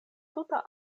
tuta